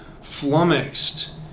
flummoxed